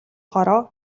хороо